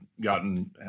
gotten